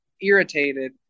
irritated